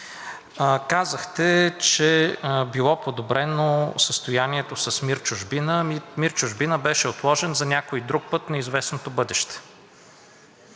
Казахте, че било подобрено състоянието с МИР в чужбина. МИР „Чужбина“ беше отложен за някой друг път в неизвестното бъдеще,